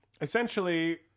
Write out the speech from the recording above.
Essentially